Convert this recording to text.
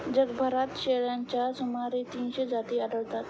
जगभरात शेळ्यांच्या सुमारे तीनशे जाती आढळतात